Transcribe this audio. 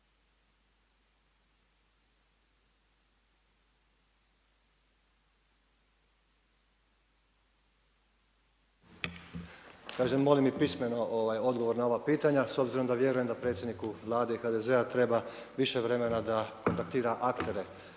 Kažem molim i pismeno odgovor na ova pitanja, s obzirom da vjerujem da predsjedniku Vlade i HDZ-a treba više vremena da kontaktira aktere